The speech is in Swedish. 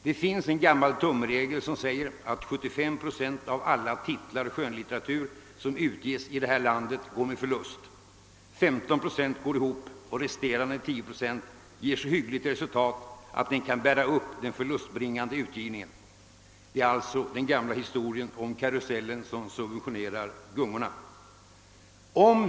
Det finns en gammal tumregel, som säger att 75 procent av alla titlar skönlitteratur som utges i vårt land går med förlust, 15 procent går ihop och resterande 10 procent ger så hyggligt resultat att de kan bära upp den förlustbringande utgivningen. Det är alltså den gamla historien om gungorna som subventionerar karusellen.